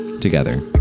together